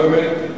באמת?